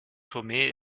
tomé